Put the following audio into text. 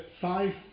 five